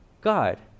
God